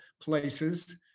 places